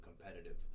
competitive